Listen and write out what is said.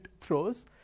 throws